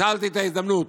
ניצלתי את ההזדמנות